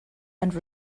and